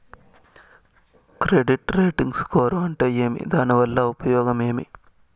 Credit rating score అంటే ఏమి దాని వల్ల ఉపయోగం ఏమి?